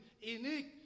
unique